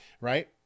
right